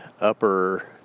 upper